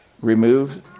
remove